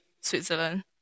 Switzerland